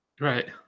Right